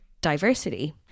diversity